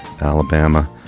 Alabama